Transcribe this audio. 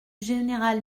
général